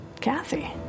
Kathy